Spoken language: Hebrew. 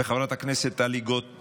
וגם חברת הכנסת טלי גוטליב,